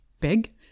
big